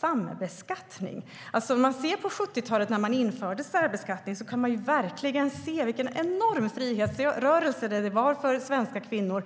sambeskattning. När man införde särbeskattning på 70-talet kunde man se vilken enorm frihetsrörelse det var för svenska kvinnor.